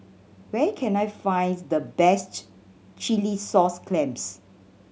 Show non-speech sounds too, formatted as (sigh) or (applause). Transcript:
where can I find the best (unintelligible) chilli sauce clams